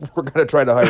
we're going to try to hire